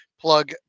plug